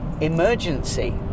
emergency